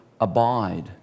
abide